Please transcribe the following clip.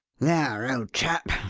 there, old chap,